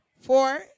four